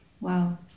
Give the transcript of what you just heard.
Wow